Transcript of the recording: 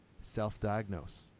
self-diagnose